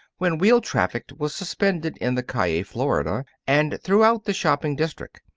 when wheel traffic was suspended in the calle florida and throughout the shopping-district,